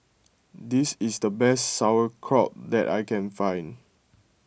this is the best Sauerkraut that I can find